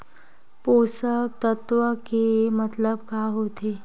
पोषक तत्व के मतलब का होथे?